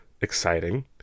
exciting